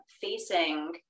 facing